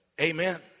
Amen